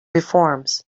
reforms